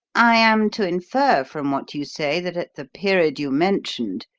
i am to infer from what you say that at the period you mentioned,